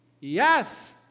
yes